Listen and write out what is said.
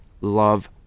love